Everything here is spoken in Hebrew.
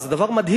זה דבר מדהים.